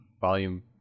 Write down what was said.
volume